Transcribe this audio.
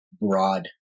broad